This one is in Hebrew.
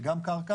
זה גם קרקע,